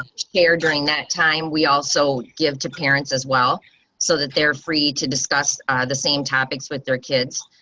share during that time, we also give to parents as well so that they're free to discuss the same topics with their kids.